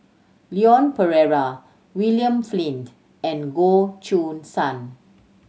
Leon Perera William Flint and Goh Choo San